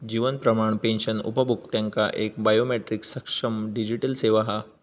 जीवन प्रमाण पेंशन उपभोक्त्यांका एक बायोमेट्रीक सक्षम डिजीटल सेवा हा